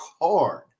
hard